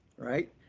right